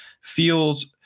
Feels